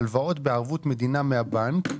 הלוואות בערבות מדינה מהבנק.